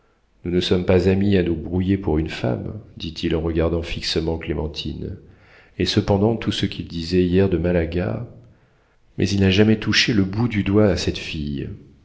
nous ne sommes pas amis à nous brouiller pour une femme dit-il en regardant fixement clémentine et cependant tout ce qu'il disait hier de malaga mais il n'a jamais touché le bout du doigt à cette fille